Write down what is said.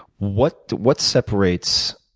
what what separates